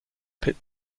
pit